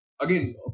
Again